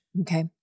Okay